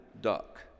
duck